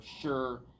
sure